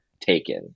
taken